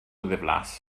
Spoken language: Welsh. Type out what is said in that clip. ddiflas